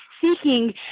seeking